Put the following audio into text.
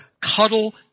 cuddle